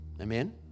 Amen